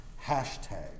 hashtag